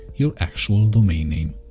your actual domain name.